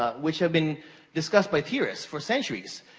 ah which have been discussed by theorists for centuries.